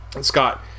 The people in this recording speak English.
Scott